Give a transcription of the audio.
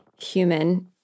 human